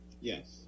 Yes